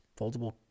foldable